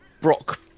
Brock